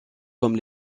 comme